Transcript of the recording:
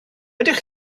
ydych